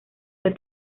fue